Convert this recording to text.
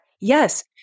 Yes